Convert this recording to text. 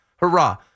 hurrah